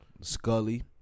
Scully